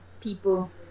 people